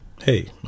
hey